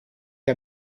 che